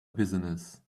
business